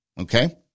Okay